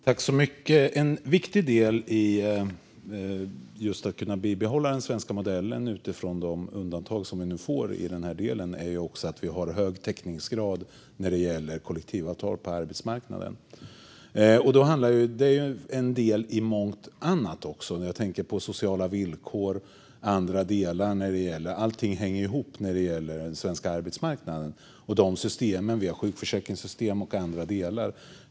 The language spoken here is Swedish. Fru talman! En viktig del för att kunna bibehålla den svenska modellen utifrån de undantag som vi får är att vi har hög täckningsgrad när det gäller kollektivavtal på arbetsmarknaden. Det är en del i mycket annat. Jag tänker på sociala villkor och andra delar. Allting hänger ihop på den svenska arbetsmarknaden, med de system vi har, till exempel sjukförsäkringssystem och andra delar.